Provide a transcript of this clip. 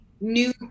new